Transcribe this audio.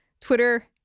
Twitter